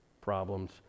problems